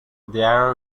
there